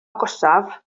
agosaf